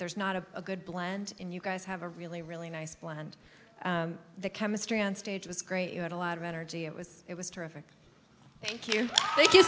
there's not a good blend and you guys have a really really nice blend the chemistry on stage was great you had a lot of energy it was it was terrific thank you thank you